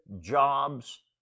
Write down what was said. jobs